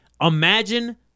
Imagine